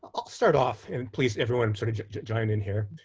i'll start off. and and please, everyone sort of join in here.